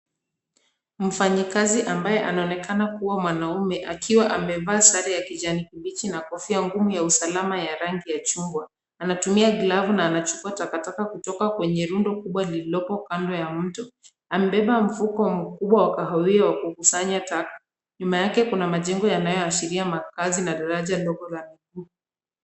Mfanyikazi ambaye anaonekana kuwa mwanaume akiwa amevaa sare ya kijani kibichi na nguo ngumu ya usalama ya rangi ya chungwa, Anatumia glavu na anachukua takataka kutoka kwenye rundo kubwa lililoko kando ya mto. Amebeba mfuko mkubwa wa kahawia wa kukusanya taka. Nyuma yake kuna majengo yanayoashiria makazi na daraja ndogo la miguu.